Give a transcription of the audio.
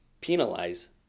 penalize